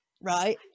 Right